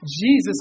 Jesus